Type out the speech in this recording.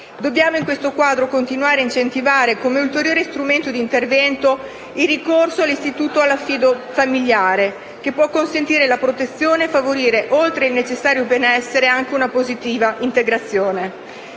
Dobbiamo in questo quadro continuare a incentivare, come ulteriore strumento di intervento, il ricorso all'istituto dell'affido familiare, che può consentire la protezione e favorire, oltre il necessario benessere, anche una positiva integrazione.